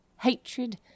hatred